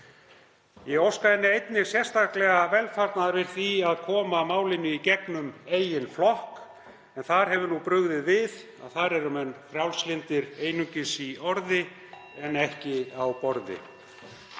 Ég óska henni einnig sérstaklega velfarnaðar í því að koma málinu í gegnum eigin flokk en þar hefur brugðið við að menn séu frjálslyndir einungis í orði en ekki á borði.